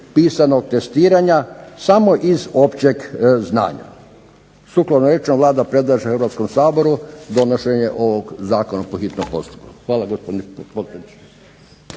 pisanog testiranja samo iz općeg znanja. Sukladno rečenom Vlada predlaže Hrvatskom saboru donošenje ovog zakona po hitnom postupku. Hvala gospodine